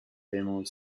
beaumont